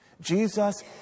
Jesus